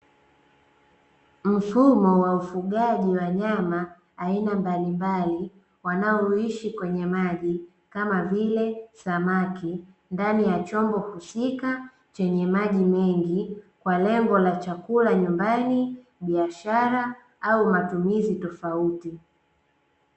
Mfumo wa ufugaji wa wanyama aina mbalimbali wanaoishi kwenye maji, kama vile samaki ndani ya chombo husika chenye maji mengi kwa lengo la chakula nyumbani, biashara au matumizi tofauti.